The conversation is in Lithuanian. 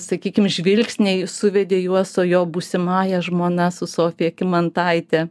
sakykim žvilgsniai suvedė juos su jo būsimąja žmona su sofija kymantaite